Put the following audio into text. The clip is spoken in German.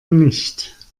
nicht